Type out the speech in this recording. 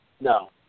No